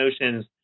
notions